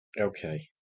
Okay